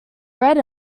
red